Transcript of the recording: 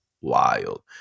wild